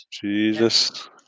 Jesus